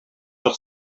sur